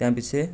त्यहाँपछि